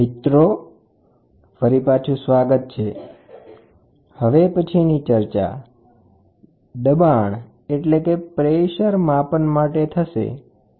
મિત્રો ફરી પાછું સ્વાગત છે હવે પછી આપણે દબાણ માપન માટે ચર્ચા કરશુ